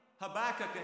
Habakkuk